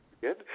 good